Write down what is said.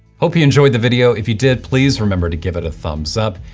hope you enjoyed the video. if you did, please remember to give it a thumbs up,